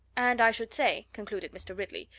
and i should say, concluded mr. ridley,